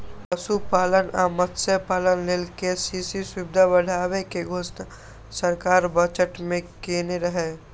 पशुपालन आ मत्स्यपालन लेल के.सी.सी सुविधा बढ़ाबै के घोषणा सरकार बजट मे केने रहै